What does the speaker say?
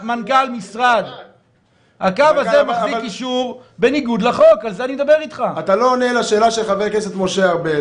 מכיוון שהאישור שלו זה אישור של סטטוס קוו --- סטטוס קוו זה לא חוק,